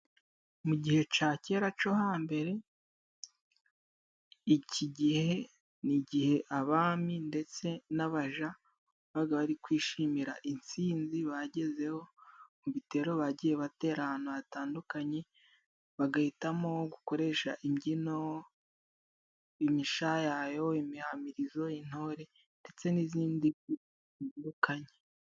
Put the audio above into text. Mu gihe ca kera co hambere, iki gihe ni igihe abami ndetse n'abaja babaga bari kwishimira intsinzi bagezeho mu bitero bagiye batera ahantu hatandukanye, bagahita mo gukoresha imbyino, imishayayo, imihamirizo, intore ndetse n'izindi zitandukanye.